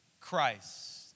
Christ